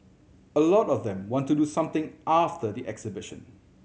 a lot of them want to do something after the exhibition